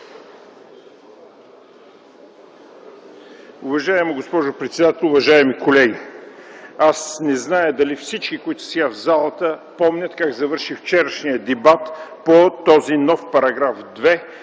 Уважаема госпожо председател, уважаеми колеги! Аз не зная дали всички, които са днес в залата, помнят как завърши вчерашният дебат по този нов § 2